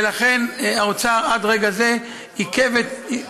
ולכן האוצר עד רגע זה עיכב את,